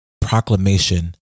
proclamation